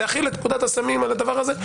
להחיל את פקודת הסמים על הדבר הזה,